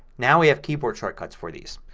now we have keyboard shortcuts for these.